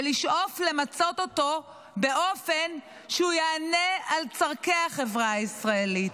ולשאוף למצות אותו באופן שיענה על צורכי החברה הישראלית.